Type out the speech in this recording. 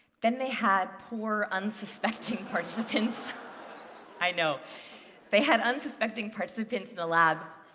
then they had poor unsuspecting participants i know they had unsuspecting participants in the lab